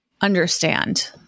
understand